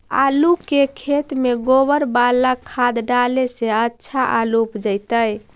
आलु के खेत में गोबर बाला खाद डाले से अच्छा आलु उपजतै?